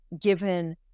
given